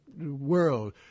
world